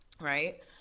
Right